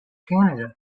canada